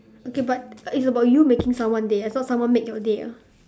okay but but it's about you making someone day it's not someone make your day ah